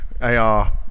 AR